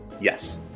yes